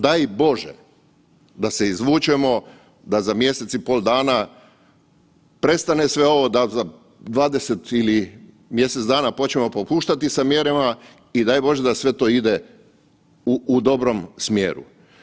Daj Bože da se izvučemo, da za mjesec i pol dana prestane sve ovo da za 20 ili mjesec dana počnemo popuštati sa mjerama i daj Bože da sve to ide u dobrom smjeru.